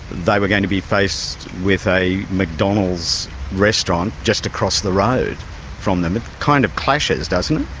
they were going to be faced with a mcdonald's restaurant just across the road from them. it kind of clashes, doesn't it?